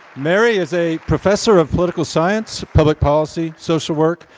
mary is a professor of political science, public policy, social work,